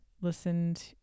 listened